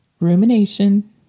Rumination